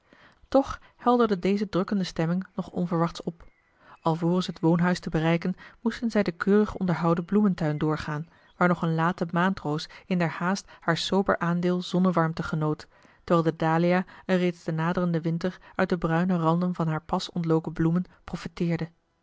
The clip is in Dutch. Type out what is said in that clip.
toch helderde deze drukkende stemming nog onverwachts op alvorens het woonhuis te bereiken moesten zij den keurig onderhouden bloementuin doorgaan waar nog een late maandroos in der haast haar sober aandeel zonnewarmte genoot terwijl de dalia er reeds den naderenden winter uit de bruine randen van haar pas ontloken bloemen profeteerde